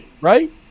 right